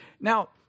Now